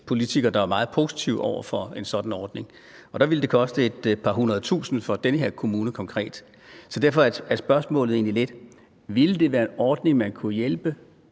politikere, der er meget positive over for en sådan ordning, og det ville konkret for den kommune koste et par hundrede tusinde. Så derfor er spørgsmålet egentlig lidt: Ville det være en ordning, man kunne